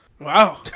Wow